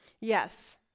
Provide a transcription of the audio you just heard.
Yes